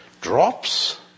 drops